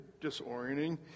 disorienting